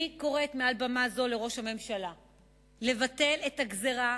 אני קוראת מעל במה זו לראש הממשלה לבטל את הגזירה